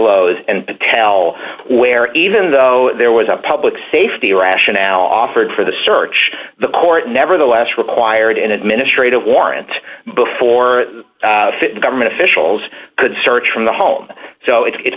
lows and tell where even though there was a public safety rationale offered for the search the court nevertheless required an administrative warrant before fit government officials could search from the home so it